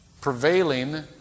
prevailing